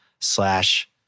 slash